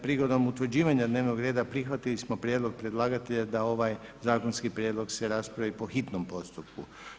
Prigodom utvrđivanja dnevnog reda prihvatili smo prijedlog predlagatelja da ova zakonski prijedlog se raspravi po hitnom postupku.